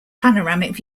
panoramic